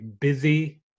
busy